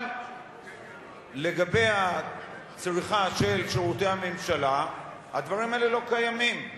אבל לגבי הצריכה של שירותי הממשלה הדברים האלה לא קיימים,